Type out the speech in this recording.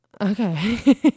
okay